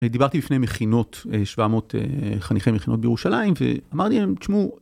אני דיברתי בפני מכינות, 700 חניכי מכינות בירושלים ואמרתי להם, תשמעו...